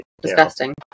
disgusting